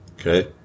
Okay